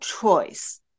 choice